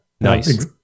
Nice